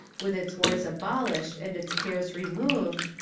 with its wars abolished and its cares removed,